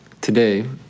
today